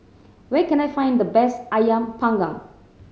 where can I find the best Ayam Panggang